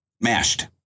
Mashed